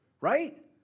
right